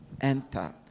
enter